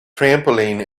trampoline